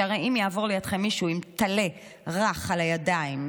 כי הרי אם יעבור לידכם מישהו עם טלה רך על הידיים,